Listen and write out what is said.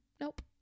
Nope